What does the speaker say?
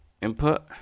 input